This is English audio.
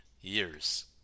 years